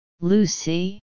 Lucy